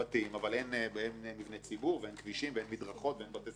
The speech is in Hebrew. אבל אין מבני ציבור ואין כבישים ואין מדרכות ואין בתי ספר.